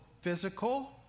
physical